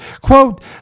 quote